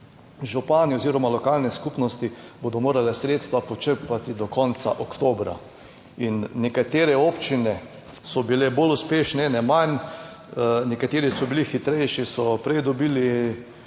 župani oziroma lokalne skupnosti bodo morale sredstva počrpati do konca oktobra. In nekatere občine so bile bolj uspešne, ene manj, nekateri so bili hitrejši, so prej dobili